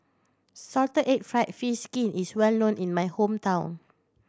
salted egg fried fish skin is well known in my hometown